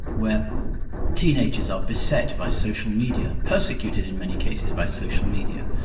where teenagers are beset by social media, persecuted in many cases by social media,